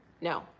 no